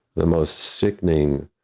the most sickening,